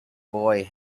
boy